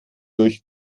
durch